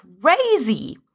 crazy